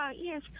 yes